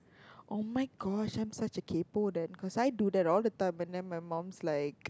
oh-my-gosh I'm such a kaypoh because I do that all the time and then my mom's like